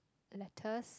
lettuce